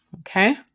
Okay